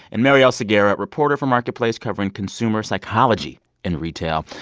and marielle segarra, reporter for marketplace covering consumer psychology in retail.